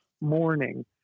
morning